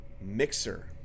Mixer